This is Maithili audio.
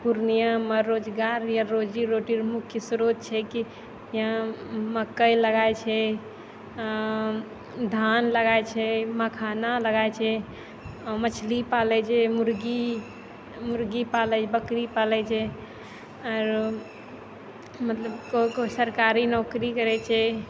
पूर्णियामे रोजगार या रोजी रोटीके मुख्य स्रोत छै कि जेना मकइ लगाइ छै धान लगाइ छै मखाना लगाइ छै मछली पालै छै मुर्गी पालै बकरी पालै छै आओर मतलब कोइ कोइ सरकारी नौकरी करै छै